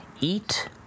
eat